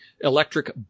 electric